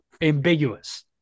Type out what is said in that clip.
ambiguous